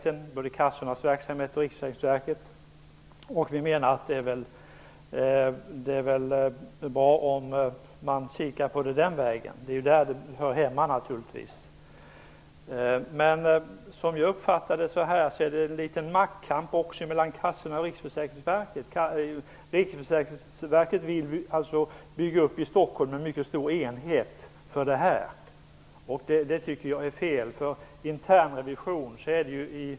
Den gäller både kassornas verksamhet och Riksförsäkringsverket. Vi menar att det är bra om man tittar på det den vägen. Det är där detta hör hemma. Jag uppfattar det så att det pågår en liten maktkamp mellan kassorna och Riksförsäkringsverket. Riksförsäkringsverket vill bygga upp en mycket stor enhet för detta i Stockholm. Jag tycker att det är fel.